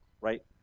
right